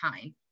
time